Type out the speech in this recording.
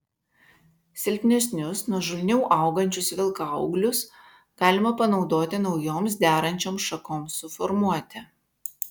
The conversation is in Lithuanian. silpnesnius nuožulniau augančius vilkaūglius galima panaudoti naujoms derančioms šakoms suformuoti